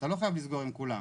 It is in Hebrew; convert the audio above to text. אתה לא חייב לסגור עם כולם.